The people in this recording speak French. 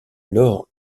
alors